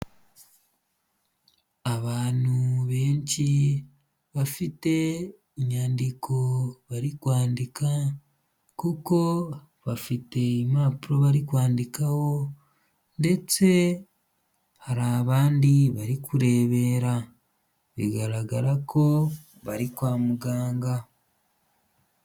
Abantu benshi bafite inyandiko bari kwandika kuko, bafite impapuro bari kwandikaho, ndetse hari abandi bari kurebera bigaragara ko bari kwa muganga.